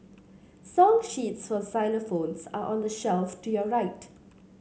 song sheets for xylophones are on the shelf to your right